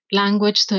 language